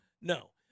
No